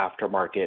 aftermarket